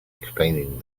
explaining